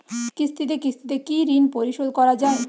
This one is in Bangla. কিস্তিতে কিস্তিতে কি ঋণ পরিশোধ করা য়ায়?